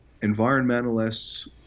environmentalists